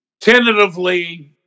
tentatively